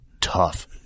tough